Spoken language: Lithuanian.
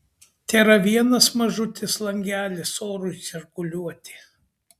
tėra vienas mažutis langelis orui cirkuliuoti